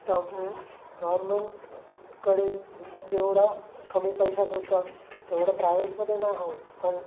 त्या गव्हर्मेंटकडे जेवढा कमी पैशात होतं तेवढा प्रायव्हेटमध्ये नाही होत पण